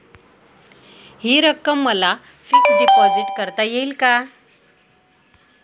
हि रक्कम मला फिक्स डिपॉझिट करता येईल का?